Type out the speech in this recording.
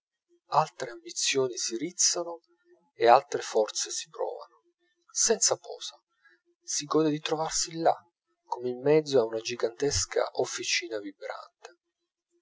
altre ambizioni si rizzano e altre forze si provano senza posa si gode di trovarsi là come in mezzo a una gigantesca officina vibrante